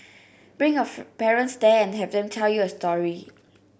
bring your parents there and have them tell you a story